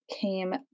came